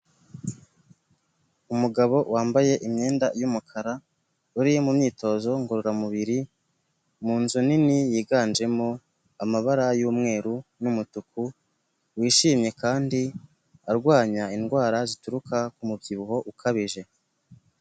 Umugabo wambaye imyenda y'umukara uri mu myitozo ngororamubiri mu nzu nini yiganjemo amabara y'umweru n'umutuku wishimye kandi arwanya indwara zituruka ku mubyibuho ukabije.